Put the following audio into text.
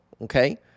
okay